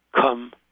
come